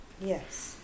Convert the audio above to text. Yes